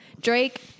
Drake